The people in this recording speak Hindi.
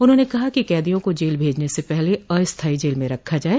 उन्होंने कहा कि कैदियों को जेल भेजने से पहले अस्थाई जेल में रखा जाये